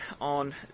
on